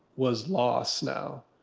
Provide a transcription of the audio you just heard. was lost now.